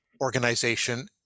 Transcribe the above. organization